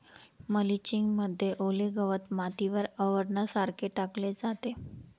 mulching मध्ये ओले गवत मातीवर आवरणासारखे टाकले जाते